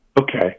Okay